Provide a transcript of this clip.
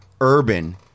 urban